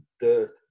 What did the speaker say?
Dirt